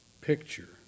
picture